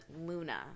Luna